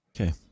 okay